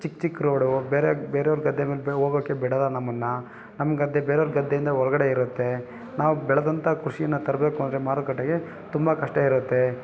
ಚಿಕ್ಕ ಚಿಕ್ಕ ರೋಡು ಬೇರೆ ಬೇರೆಯವ್ರ ಗದ್ದೆ ಮೇಲೆ ಹೋಗಕ್ಕೆ ಬಿಡಲ್ಲ ನಮ್ಮನ್ನು ನಮ್ಮ ಗದ್ದೆ ಬೇರೆಯವರ ಗದ್ದೆಯಿಂದ ಒಳಗಡೆ ಇರತ್ತೆ ನಾವು ಬೆಳೆದಂಥ ಕೃಷಿನ ತರಬೇಕು ಅಂದರೆ ಮಾರುಕಟ್ಟೆಗೆ ತುಂಬ ಕಷ್ಟ ಇರತ್ತೆ